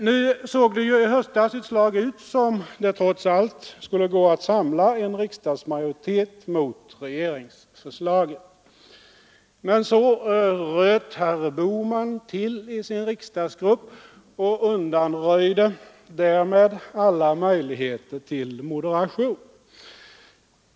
Nu såg det i höstas ett slag ut som om det trots allt skulle gå att samla en riksdagsmajoritet mot regeringsförslaget. Men så röt herr Bohman till i sin riksdagsgrupp och undanröjde därmed alla möjligheter till moderation.